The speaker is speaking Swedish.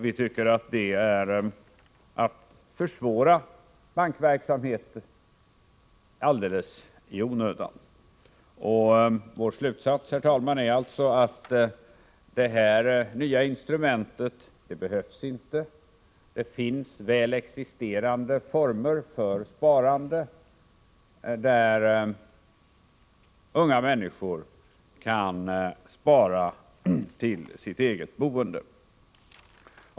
Vi tycker att det är att försvåra bankverksamheten alldeles i onödan. Vår slutsats, herr talman, är att det här nya instrumentet inte behövs. Det existerar väl fungerande former för sparande, där unga människor kan spara till sitt eget boende.